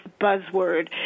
buzzword